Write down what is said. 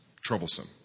troublesome